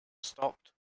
stopped